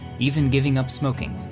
even giving up smoking.